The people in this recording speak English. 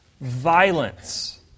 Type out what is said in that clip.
violence